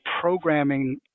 programming